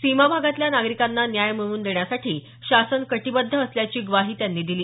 सीमा भागातल्या नागरिकांना न्याय मिळवून देण्यासाठी शासन कटिबद्ध असल्याची ग्वाही त्यांनी दिली